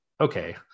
okay